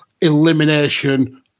elimination